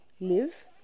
live